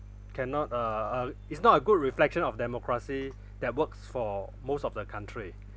cannot uh it's not a good reflection of democracy that works for most of the country